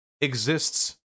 exists